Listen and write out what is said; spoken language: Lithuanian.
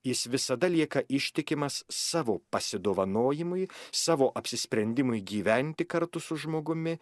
jis visada lieka ištikimas savo pasidovanojimui savo apsisprendimui gyventi kartu su žmogumi